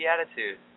attitude